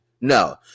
No